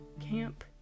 camp